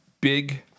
big